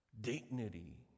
dignity